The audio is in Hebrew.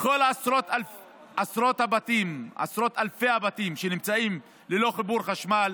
בכל עשרות אלפי הבתים שנמצאים ללא חיבור חשמל,